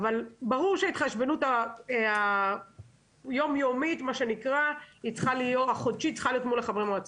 ברור שההתחשבנות החודשית צריכה להיות מול חברי המועצה.